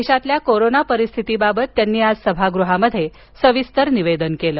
देशातल्या कोरोना परिस्थिती बाबत त्यांनी आज सभागृहात सविस्तर निवेदन दिलं